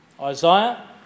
Isaiah